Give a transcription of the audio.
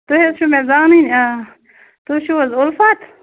تُہۍ ٲسِو مےٚ زانٕنۍ تُہۍ چھُو حظ اُلفَت